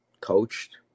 coached